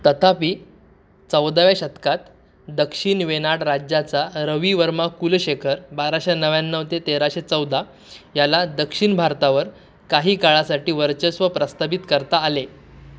तथापि चौदाव्या शतकात दक्षिण वेनाड राज्याचा रवी वर्मा कुलशेखर बाराशे नव्याण्णव ते तेराशे चौदा याला दक्षिण भारतावर काही काळासाठी वर्चस्व प्रस्थापित करता आले